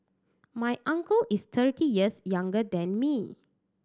my uncle is thirty years younger than me